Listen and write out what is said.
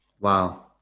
Wow